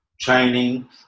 training